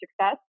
success